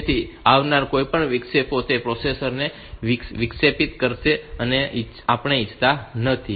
તેથી આવનારા કોઈપણ વિક્ષેપો તે પ્રોસેસર ને વિક્ષેપિત કરશે જે આપણે ઇચ્છતા નથી